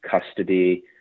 custody